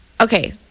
okay